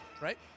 right